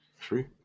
Three